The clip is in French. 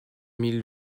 mille